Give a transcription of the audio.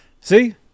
See